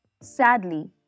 Sadly